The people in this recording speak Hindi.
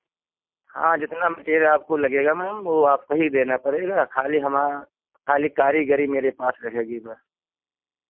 हाँ जितना मैटीरियल आपको लगेगा मैम वो आपको ही देना पड़ेगा खाली हमा खाली कारीगरी मेरे पास रहेगी बस